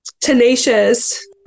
tenacious